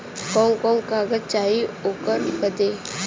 कवन कवन कागज चाही ओकर बदे?